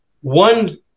one